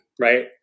right